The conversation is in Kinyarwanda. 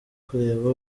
kureba